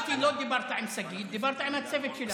אמרתי שלא דיברת עם שגית, דיברת עם הצוות שלה.